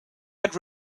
had